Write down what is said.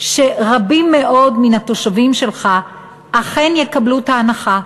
שרבים מאוד מן התושבים שלך אכן יקבלו את ההנחה,